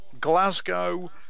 Glasgow